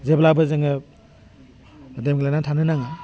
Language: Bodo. जेब्लाबो जोङो देमग्लायनानै थानो नाङा